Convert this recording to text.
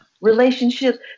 relationships